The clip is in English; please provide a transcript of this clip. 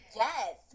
yes